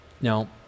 Now